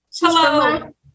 Hello